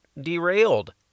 derailed